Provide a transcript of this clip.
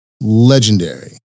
legendary